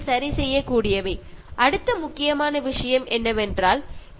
അതുപോലെ മറ്റൊരു പ്രധാനപ്പെട്ട കാര്യം എന്ന് പറയുന്നത് ചെടികൾ നടുക എന്നതാണ്